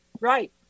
Right